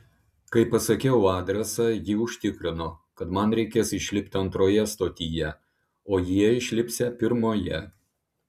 kai pasakiau adresą ji užtikrino kad man reikės išlipti antroje stotyje o jie išlipsią pirmoje